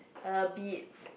a bit